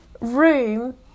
room